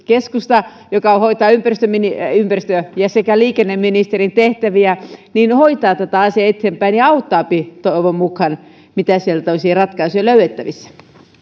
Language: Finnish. keskusta joka hoitaa ympäristöministerin ja liikenneministerin tehtäviä hoitaa tätä asiaa eteenpäin ja auttaa siinä toivon mukaan mitä olisi ratkaisuja löydettävissä